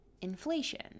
inflation